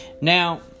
now